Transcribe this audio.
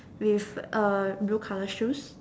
with a blue colour shoes